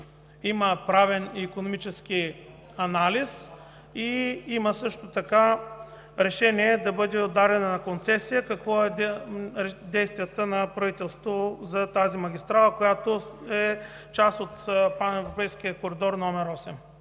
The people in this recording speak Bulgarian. има правен икономически анализ и има решение да бъде отдадена на концесия? Какви са действията на правителството за тази магистрала, която е част от